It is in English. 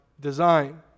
design